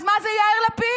אז מה זה יאיר לפיד,